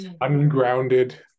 Ungrounded